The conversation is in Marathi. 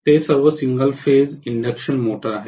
ते सर्व सिंगल फेज इंडक्शन मोटर आहेत